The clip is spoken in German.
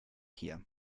hier